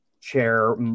chair